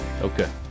Okay